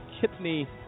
Kidney